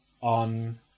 on